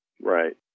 Right